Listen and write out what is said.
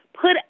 put